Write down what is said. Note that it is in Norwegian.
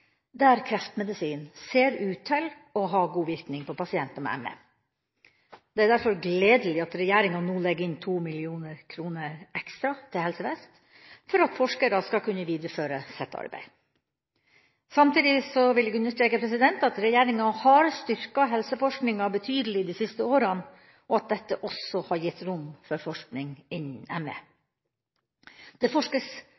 der kreftmedisin ser ut til å ha god virkning på pasienter med ME. Det er derfor gledelig at regjeringa nå legger inn 2 mill. kr ekstra til Helse Vest for at forskere skal kunne videreføre sitt arbeid. Samtidig vil jeg understreke at regjeringa har styrket helseforskninga betydelig de siste årene, og at dette også har gitt rom for forskning innen